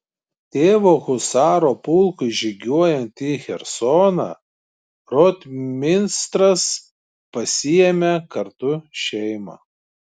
tėvo husarų pulkui žygiuojant į chersoną rotmistras pasiėmė kartu šeimą